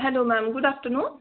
hello ma'am good afternoon